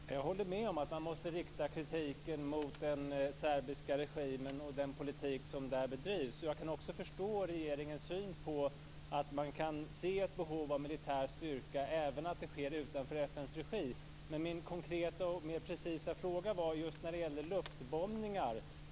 Fru talman! Jag håller med om att man måste rikta kritiken mot den serbiska regimen och den politik som den bedriver. Jag kan också förstå att regeringen kan se ett behov av militär styrka och även att den inte utvecklas i FN:s regi. Men min konkreta och mer precisa fråga gällde just luftbombningar.